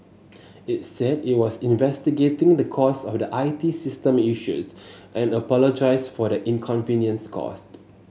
it said it was investigating the cause of the I T system issues and apologised for the inconvenience caused